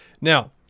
Now